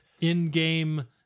in-game